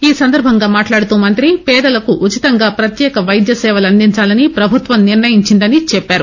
ఈసందర్బంగా మాట్లాడుతూ మంతి పేదలకు ఉచితంగా పత్యేక వైద్యసేవలు అందించాలని పభుత్వం నిర్ణయించిందని చెప్పారు